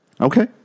Okay